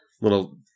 Little